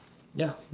ya